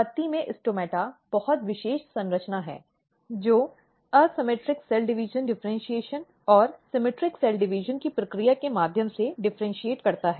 पत्ती में स्टोमेटा बहुत विशेष संरचना है जो असममित सेल डिवीजन डिफ़र्इन्शीएशन और सममित सेल डिवीजन की प्रक्रिया के माध्यम से डिफ़र्इन्शीएट करता है